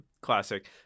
classic